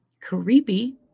Creepy